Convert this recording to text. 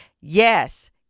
yes